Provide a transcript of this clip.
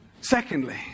Secondly